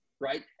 right